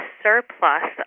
surplus